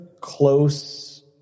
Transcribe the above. close